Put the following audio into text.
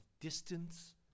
distance